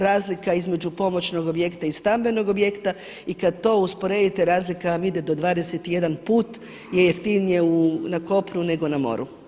Razlika između pomoćnog objekta i stambenog objekta i kada to usporedite razlika vam ide do 21 put je jeftinije na kopnu, nego na moru.